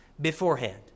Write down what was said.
beforehand